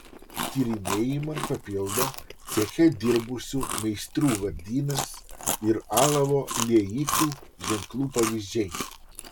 tyrinėjimą papildo ceche dirbusių meistrų vardynas ir alavo liejikų ženklų pavyzdžiai